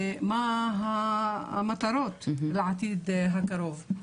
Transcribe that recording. ומה המטרות לעתיד הקרוב.